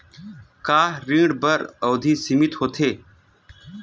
का ऋण बर अवधि सीमित होथे?